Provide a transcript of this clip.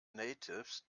natives